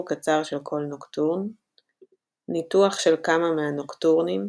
קצר של כל נוקטורן ניתוח של כמה מהנוקטורנים ==